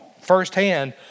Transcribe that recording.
firsthand